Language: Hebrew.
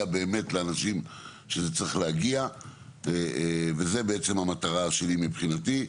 באמת לאנשים שזה צריך להגיע וזו המטרה שלי מבחינתי.